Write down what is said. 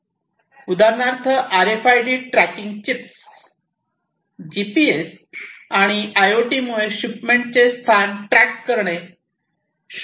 उदाहरणार्थ RFID tracking chips GPS आणि आयओटीमुळे शिपमेंटचे स्थान ट्रॅक करणे